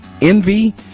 envy